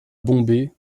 bombay